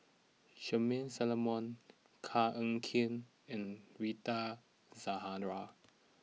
Charmaine Solomon Koh Eng Kian and Rita Zahara